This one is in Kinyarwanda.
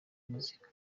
muzika